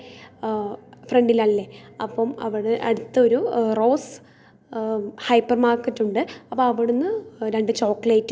മലയാളത്തിലാവട്ടെ ഇംഗ്ലീഷിലാവട്ടെ എല്ലാത്തിലും നമുക്ക് എല്ലാം പറഞ്ഞ് തരും ഷാൻ ജിയോയുടെ ചാനൽ കണ്ടു കഴിഞ്ഞാൽ കുറേ വീഡിയോസിൽ കുക്കിങ്ങ് പഠിച്ചിട്ടുണ്ട്